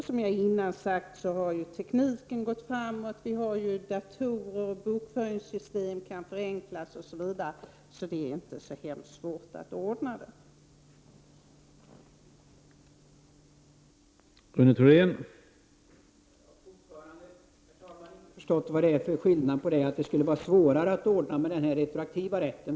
Som jag redan sagt, har tekniken gått framåt. Det finns datorer, bokföringssystem kan förenklas, osv. Så det är inte så hemskt svårt att ordna detta.